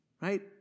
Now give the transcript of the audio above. right